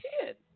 kid